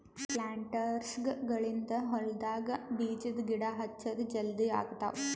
ಪ್ಲಾಂಟರ್ಸ್ಗ ಗಳಿಂದ್ ಹೊಲ್ಡಾಗ್ ಬೀಜದ ಗಿಡ ಹಚ್ಚದ್ ಜಲದಿ ಆಗ್ತಾವ್